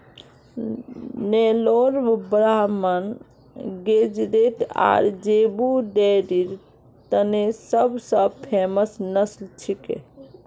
नेलोर ब्राह्मण गेज़रैट आर ज़ेबू डेयरीर तने सब स फेमस नस्ल छिके